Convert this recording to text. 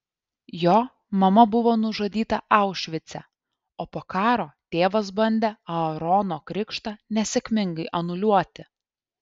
jo mama buvo nužudyta aušvice o po karo tėvas bandė aarono krikštą nesėkmingai anuliuoti